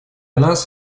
нас